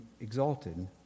exalted